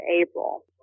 April